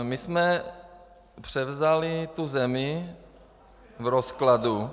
My jsme převzali tu zemi v rozkladu.